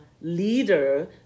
leader